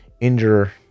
injure